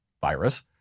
virus